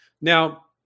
Now